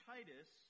Titus